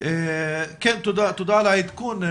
תודה על העדכון.